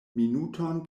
minuton